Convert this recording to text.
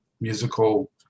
musical